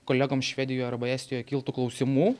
kolegom švedijoj arba estijoj kiltų klausimų